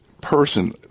person